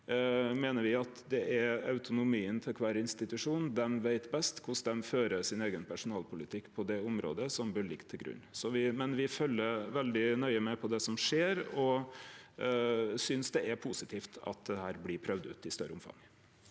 me meiner at det er autonomien i kvar institusjon som best veit korleis dei fører sin eigen personalpolitikk på det området, som bør liggje til grunn. Me følgjer veldig nøye med på det som skjer, og eg synest det er positivt at dette blir prøvd ut i større omfang.